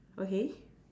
okay